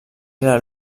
era